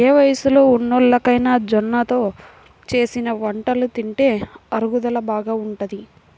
ఏ వయస్సులో ఉన్నోల్లకైనా జొన్నలతో చేసిన వంటలు తింటే అరుగుదల బాగా ఉంటది